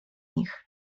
nich